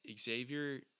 Xavier